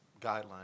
guidelines